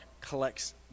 collects